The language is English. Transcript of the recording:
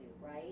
right